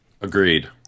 Agreed